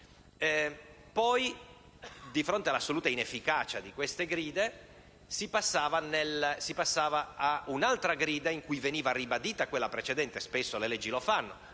Poi, di fronte all'assoluta inefficacia di queste gride, si passava ad un'altra grida in cui veniva ribadita quella precedente; spesso le leggi lo fanno,